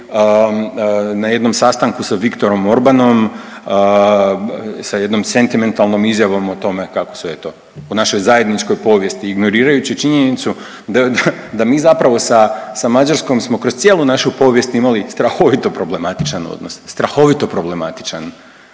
na jednom sastanku sa Viktorom Orbanom, sa jednom sentimentalnom izjavom o tome kako su eto o našoj zajedničkoj povijesti, ignorirajući činjenicu da mi zapravo sa Mađarskom smo kroz cijelu našu povijest imali strahovito problematičan odnos, strahovito problematičan